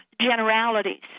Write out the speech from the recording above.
generalities